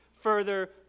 further